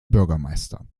bürgermeister